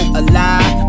alive